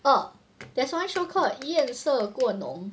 oh there's one show called 艳色过浓